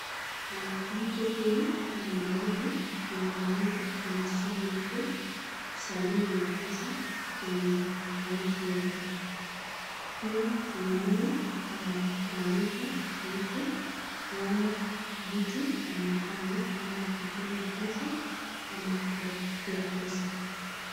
Na mtu huyu amejaribu kuangalia kwenye simu yake salio la pesa kwenye akaunti yake. Pia tunaona maarifa kuhusu yale vitu amefanya kama kutuma pesa ama kupokea pesa.